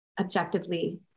objectively